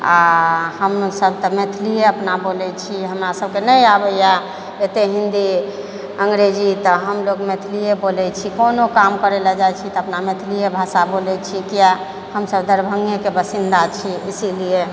आओर हम सभ तऽ मैथिलिये अपना बोलै छी हमरा सभके नहि आबैए अते हिन्दी अंग्रेजी तऽ हम लोग मैथिलिये बोलै छी कोनो काम करै लए जाइ छी तऽ अपना मैथिलिये भाषा बोलै छी किएक हम सभ दरभङ्गेके बासिन्दा छी इसिलिये